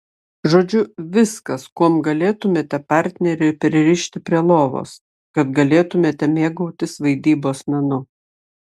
žodžiu viskas kuom galėtumėte partnerį pririšti prie lovos kad galėtumėte mėgautis vaidybos menu